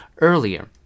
earlier